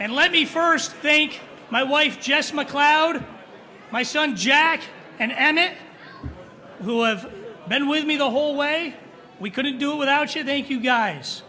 and let me first think my wife jess macleod my son jack and emmett who have been with me the whole way we couldn't do it without you thank you guys